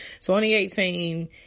2018